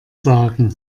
sagen